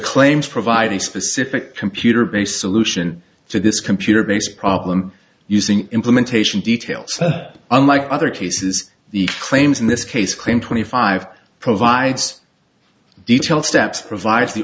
claims provide a specific computer based solution to this computer based problem using implementation details unlike other cases the claims in this case claim twenty five provides detailed steps provides